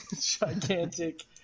gigantic